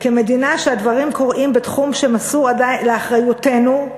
כמדינה שהדברים קורים בתחום שמסור עדיין לאחריותנו,